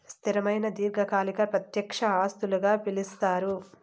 స్థిరమైన దీర్ఘకాలిక ప్రత్యక్ష ఆస్తులుగా పిలుస్తారు